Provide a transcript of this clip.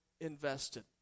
invested